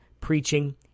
preaching